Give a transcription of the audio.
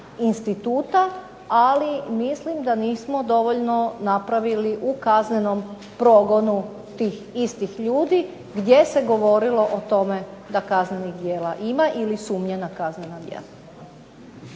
instituta, ali mislim da nismo dovoljno napravili u kaznenom progonu tih istih ljudi gdje se govorilo o tome da kaznenih djela ima ili sumnje na kaznena djela.